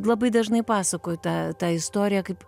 labai dažnai pasakoju tą tą istoriją kaip